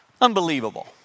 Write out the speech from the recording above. unbelievable